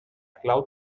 clau